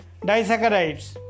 disaccharides